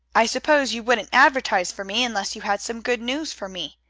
i suppose you wouldn't advertise for me unless you had some good news for me.